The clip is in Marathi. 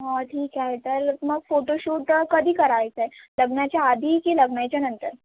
हो ठीक आहे तर मग फोटो शूट कधी करायचं आहे लग्नाच्याआधी की लग्नाच्यानंतर